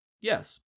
Yes